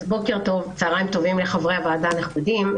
צוהריים טובים לחברי הוועדה הנכבדים,